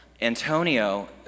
Antonio